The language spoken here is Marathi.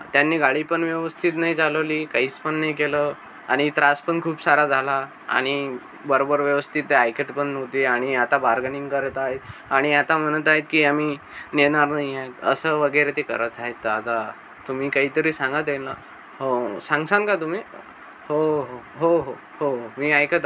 त्यांनी गाडी पण व्यवस्थित नाही चालवली काहीच पण नाही केलं आणि त्रास पण खूप सारा झाला आणि बरोबर व्यवस्थित ते ऐकत पण नव्हते आणि आता बार्गनिंग करत आहे आणि आता म्हणत आहे की आम्ही नेणार नाही आहे असं वगैरे ते करत आहेत दादा तुम्ही काहीतरी सांगा त्यांना हो सांगाल का तुम्ही हो हो हो हो हो मी ऐकत आहे